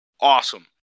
Awesome